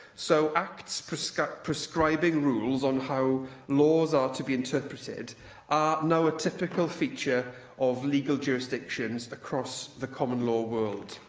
so acts prescribing prescribing rules on how laws are to be interpreted are now a typical feature of legal jurisdictions across the common law world.